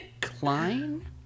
Klein